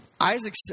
Isaac